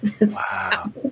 Wow